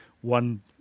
one